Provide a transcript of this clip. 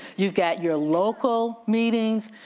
you've got your local meetings,